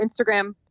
instagram